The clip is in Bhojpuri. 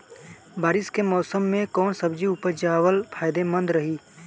बारिश के मौषम मे कौन सब्जी उपजावल फायदेमंद रही?